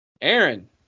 Aaron